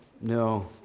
no